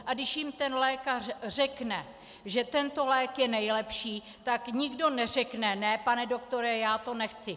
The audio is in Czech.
A když jim ten lékař řekne, že tento lék je nejlepší, tak nikdo neřekne, ne, pane doktore, já to nechci.